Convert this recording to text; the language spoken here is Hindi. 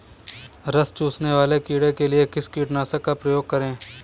रस चूसने वाले कीड़े के लिए किस कीटनाशक का प्रयोग करें?